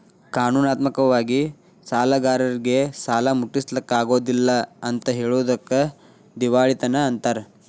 ಕಾನೂನಾತ್ಮಕ ವಾಗಿ ಸಾಲ್ಗಾರ್ರೇಗೆ ಸಾಲಾ ಮುಟ್ಟ್ಸ್ಲಿಕ್ಕಗೊದಿಲ್ಲಾ ಅಂತ್ ಹೆಳೊದಕ್ಕ ದಿವಾಳಿತನ ಅಂತಾರ